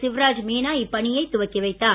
சிவாராஜ் மீனா இப்பணியைத் துவக்கி வைத்தார்